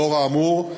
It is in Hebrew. לאור האמור,